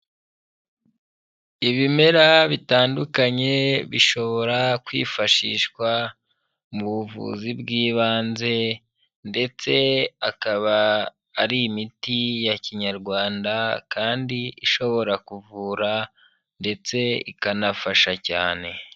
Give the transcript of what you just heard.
Ibimera bitandukanye bishobora kwifashishwa mu buvuzi bw'ibanze ndetse akaba ari imiti ya kinyarwanda kandi ishobora kuvura ndetse ikanafasha cyane.